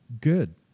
good